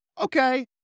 okay